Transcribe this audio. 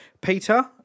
Peter